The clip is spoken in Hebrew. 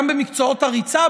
גם במקצועות הריצה,